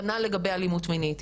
כנ"ל לגבי אלימות מינית,